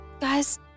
Guys